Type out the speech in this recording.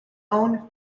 own